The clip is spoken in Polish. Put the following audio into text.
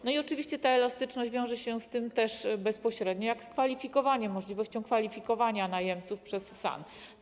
I oczywiście ta elastyczność wiąże się też bezpośrednio z kwalifikowaniem, możliwością kwalifikowania najemców przez SAN.